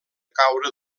caure